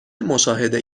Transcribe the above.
مشاهده